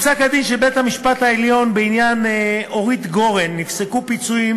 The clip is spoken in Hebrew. בפסק-הדין של בית-המשפט העליון בעניין אורית גורן נפסקו פיצויים